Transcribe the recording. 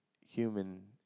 human